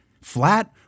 flat